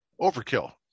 Overkill